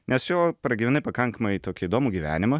nes jo pragyvenai pakankamai tokį įdomų gyvenimą